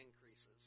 increases